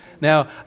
Now